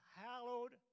hallowed